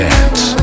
Dance